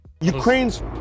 Ukraine's